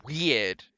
weird